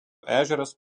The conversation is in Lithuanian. ežeras